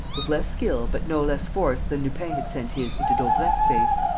with less skill but no less force than lupin had sent his into daubrecq's face.